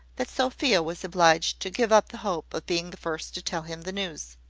that sophia was obliged to give up the hope of being the first to tell him the news.